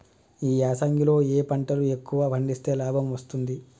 ఈ యాసంగి లో ఏ పంటలు ఎక్కువగా పండిస్తే లాభం వస్తుంది?